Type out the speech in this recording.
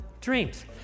dreams